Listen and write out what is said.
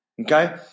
Okay